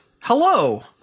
Hello